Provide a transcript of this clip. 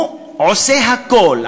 הוא עושה הכול,